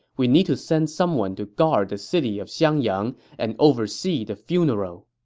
we need to send someone to guard the city of xiangyang and oversee the funeral.